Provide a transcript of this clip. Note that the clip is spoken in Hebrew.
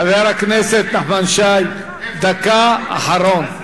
חבר הכנסת נחמן שי, תודה, אחרון.